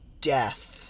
death